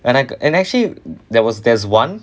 and ac~ actually there was there's one